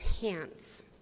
pants